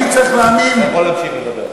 אתה יכול להמשיך לדבר.